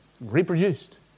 reproduced